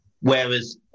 Whereas